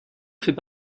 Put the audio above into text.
fait